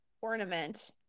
ornament